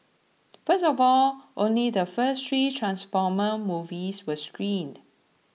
first of all only the first three Transformer movies were screened